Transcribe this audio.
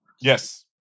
Yes